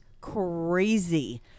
crazy